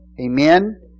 amen